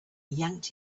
yanked